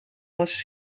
was